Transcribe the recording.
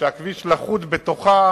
שהכביש לכוד בתוכה,